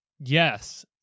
Yes